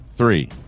Three